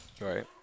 Right